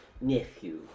nephew